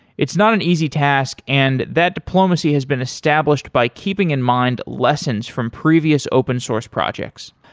it's not an easy task and that diplomacy has been established by keeping in mind lessons from previous open-source projects.